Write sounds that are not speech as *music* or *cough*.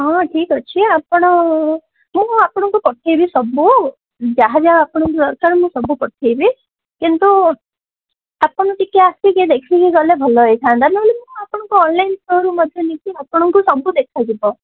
ହଁ ଠିକ୍ ଅଛି ଆପଣ *unintelligible* ମୁଁ ଆପଣଙ୍କୁ ପଠେଇବି ସବୁ ଯାହା ଯାହା ଆପଣଙ୍କୁ ଦରକାର ମୁଁ ସବୁ ପଠେଇବି କିନ୍ତୁ ଆପଣ ଟିକେ ଆସିକି ଦେଖିକି ଗଲେ ଭଲ ହୋଇଥାନ୍ତା ନହେଲେ ମୁଁ ଆପଣଙ୍କୁ ଅନଲାଇନ୍ ଥ୍ରୋରେ ମଧ୍ୟ *unintelligible* ଆପଣଙ୍କୁ ସବୁ ଦେଖାଯିବ